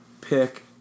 pick